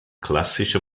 klassische